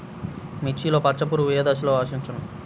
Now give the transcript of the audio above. మిర్చిలో పచ్చ పురుగు ఏ దశలో ఆశించును?